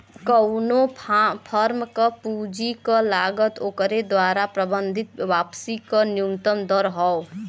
कउनो फर्म क पूंजी क लागत ओकरे द्वारा प्रबंधित वापसी क न्यूनतम दर हौ